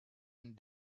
and